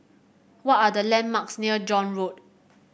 what are the landmarks near John Road